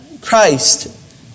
Christ